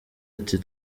ati